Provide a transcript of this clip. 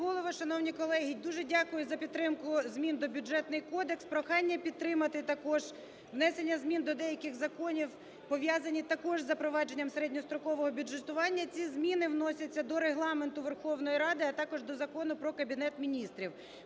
Шановний Голово, шановні колеги, дуже дякую за підтримку змін до Бюджетного кодексу. Прохання підтримати також внесення змін до деяких законів, пов'язаних також з запровадженням середньострокового бюджетування. Ці зміни вносяться до Регламенту Верховної Ради, а також до Закону "Про Кабінет Міністрів".